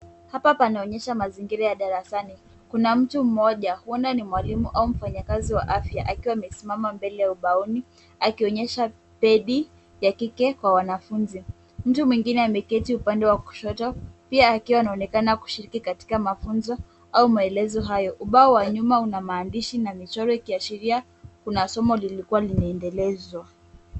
Hapa panaonesha mazingira ya darasani. Kuna mtu mmoja huenda ni mwalimu au mfanyakazi wa afya akiwa amesimama mbele ubaoni akionesha pedi ya kike kwa wanafunzi. Mtu mwingine ameketi upande wa kushoto pia akiwa anaonekana kushiriki katika mafunzo au maelezo hayo. Ubao wa nyuma una maandishi na michoro ikiashiria kuna somo lilikuwa linaendelezwa.